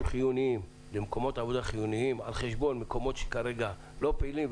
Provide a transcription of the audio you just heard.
חיוניים למקומות עבודה חיוניים על חשבון מקומות שכרגע לא פעילים,